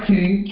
King